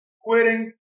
Quitting